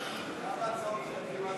חברי הכנסת, התוצאה: